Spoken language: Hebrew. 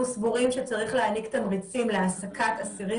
אנחנו סבורים שצריך להעניק תמריצים להעסקת אסירים